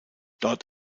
dort